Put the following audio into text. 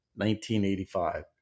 1985